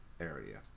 area